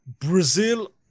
Brazil